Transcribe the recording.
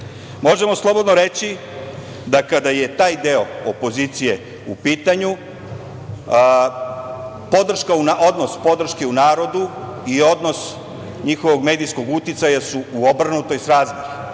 uticaj. Možemo slobodno reći da kada je taj deo opozicije u pitanju odnos podrške u narodu i odnos njihovog medijskog uticaja su u obrnutoj srazmeri,